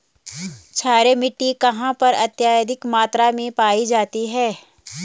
क्षारीय मिट्टी कहां पर अत्यधिक मात्रा में पाई जाती है?